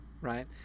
right